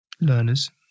learners